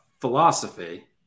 philosophy